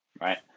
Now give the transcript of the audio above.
right